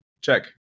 Check